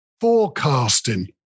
forecasting